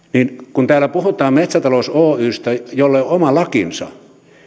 kun täällä puhutaan metsätalous oystä jolle on oma lakinsa